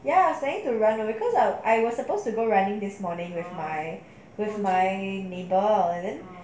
ya planning to run because I I was supposed to go running this morning with my with my neighbour then